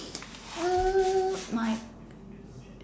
mm